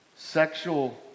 sexual